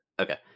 Okay